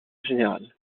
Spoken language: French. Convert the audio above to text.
général